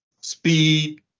Speed